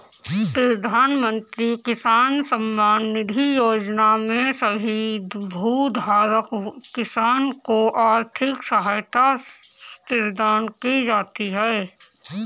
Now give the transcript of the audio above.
प्रधानमंत्री किसान सम्मान निधि योजना में सभी भूधारक किसान को आर्थिक सहायता प्रदान की जाती है